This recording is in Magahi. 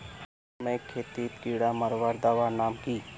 मकई खेतीत कीड़ा मारवार दवा नाम की?